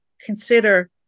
consider